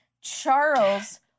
Charles